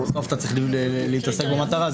בסוף אתה צריך להתעסק במטרה.